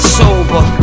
sober